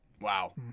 Wow